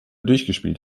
durchgespielt